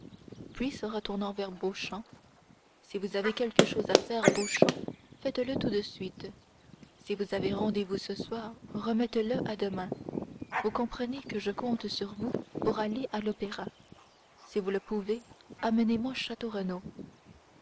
puis se retournant vers beauchamp si vous avez quelque chose à faire beauchamp faites-le tout de suite si vous avez rendez-vous ce soir remettez-le à demain vous comprenez que je compte sur vous pour aller à l'opéra si vous le pouvez amenez-moi